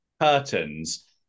curtains